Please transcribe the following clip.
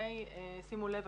שימו לב,